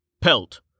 Pelt